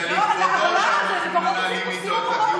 ואטורי, זה לכבודו שאנחנו מנהלים את הדיון איתו.